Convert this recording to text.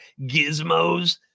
Gizmos